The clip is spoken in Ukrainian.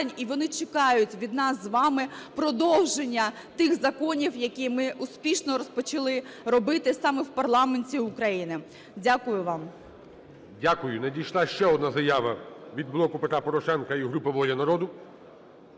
і вони чекають від нас з вами продовження тих законів, які ми успішно розпочали робити саме в парламенті України. Дякую вам. ГОЛОВУЮЧИЙ. Дякую. Надійшли ще одна заява від "Блоку Петра Порошенка" і групи "Воля народу".